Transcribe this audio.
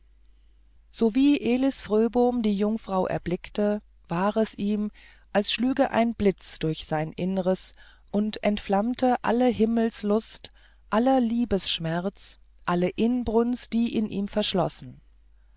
sowie elis fröbom die jungfrau erblickte war es ihm als schlüge ein blitz durch sein innres und entflamme alle himmelslust allen liebesschmerz alle inbrunst die in ihm verschlossen